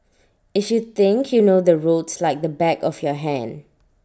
if you think you know the roads like the back of your hand